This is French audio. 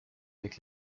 avec